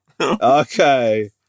okay